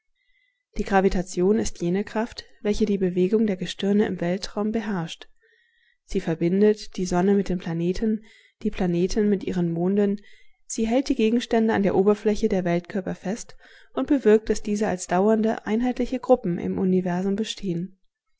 die gravitation ist jene kraft welche die bewegungen der gestirne im weltraum beherrscht sie verbindet die sonne mit den planeten die planeten mit ihren monden sie hält die gegenstände an der oberfläche der weltkörper fest und bewirkt daß diese als dauernde einheitliche gruppen im universum bestehen